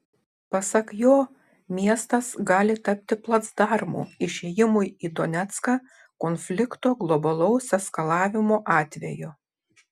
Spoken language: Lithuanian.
pasak jo miestas gali tapti placdarmu išėjimui į donecką konflikto globalaus eskalavimo atveju